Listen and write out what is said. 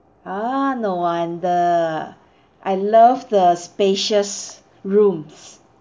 ah no wonder I love the spacious rooms